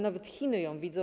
Nawet Chiny ją widzą.